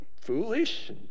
foolish